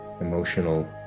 emotional